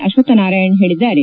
ಅಶ್ವತ್ವನಾರಾಯಣ ಹೇಳಿದ್ದಾರೆ